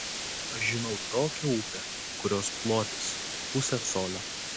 aš žinau tokią upę kurios plotis pusė colio